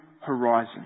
horizon